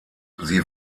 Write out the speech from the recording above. sie